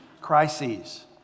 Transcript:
crises